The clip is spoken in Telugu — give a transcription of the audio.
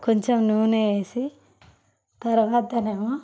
కొంచెం నూనె వేసి తరువాత ఏమో